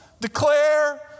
declare